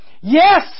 Yes